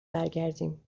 برگردیم